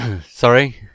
Sorry